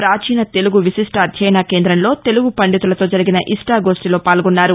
పాచీన తెలుగు విశిష్ట అధ్యయన కేంద్రంలో తెలుగు పండితులతో జరిగిన ఇష్టాగోష్ణిలో పాల్గొన్నారు